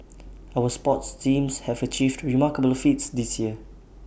our sports teams have achieved remarkable feats this year